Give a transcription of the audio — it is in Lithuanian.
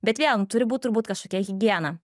bet vėl nu turi būt turbūt kažkokie higiena